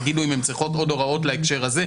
הן יגידו אם הן צריכות עוד הוראות להקשר הזה.